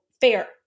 fair